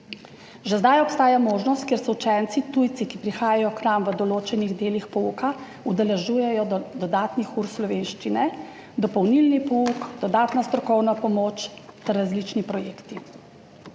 Že zdaj obstaja možnost, kjer se učenci tujci, ki prihajajo k nam, v določenih delih pouka udeležujejo dodatnih ur slovenščine, dopolnilni pouk, dodatna strokovna pomoč ter različni projekti.